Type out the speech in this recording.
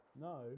No